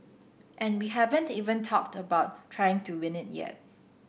and we haven't even talked about trying to win it yet